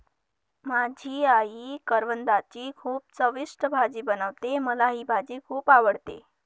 माझी आई करवंदाची खूप चविष्ट भाजी बनवते, मला ही भाजी खुप आवडते